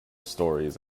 stories